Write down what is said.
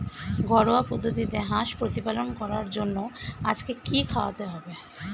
ঘরোয়া পদ্ধতিতে হাঁস প্রতিপালন করার জন্য আজকে কি খাওয়াতে হবে?